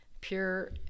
pure